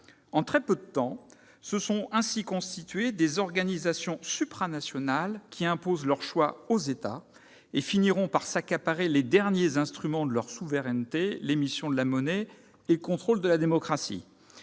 En très peu de temps, se sont ainsi constituées des organisations supranationales qui imposent leurs choix aux États et finiront par accaparer les derniers instruments de la souveraineté : l'émission de la monnaie et le contrôle de la démocratie.